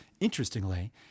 interestingly